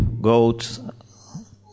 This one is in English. goats